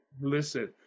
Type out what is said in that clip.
Listen